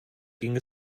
ging